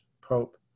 pope